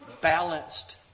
balanced